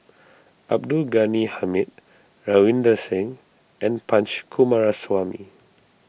Abdul Ghani Hamid Ravinder Singh and Punch Coomaraswamy